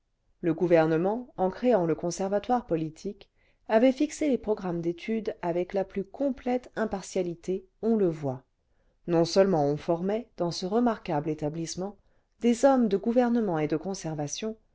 le gouvernement en créant le conservatoire politique avait fixé les programmes d'études avec la plus complète impartialité on le voit non seulement on formait dans ce remarquable établissement des hommes de gouvernement et de conservation